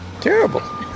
Terrible